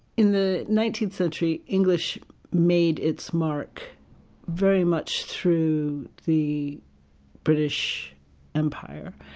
in the nineteenth century, english made its mark very much through the british empire,